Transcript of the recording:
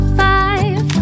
five